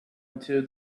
into